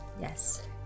Yes